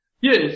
Yes